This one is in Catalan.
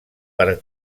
per